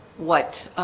what?